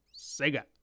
sega